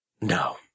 No